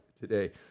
today